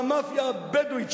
והמאפיה הבדואית,